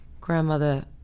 grandmother